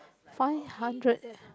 five hundred